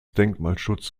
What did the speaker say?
denkmalschutz